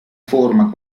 forma